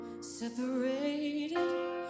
separated